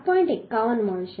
51 મળશે